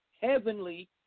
heavenly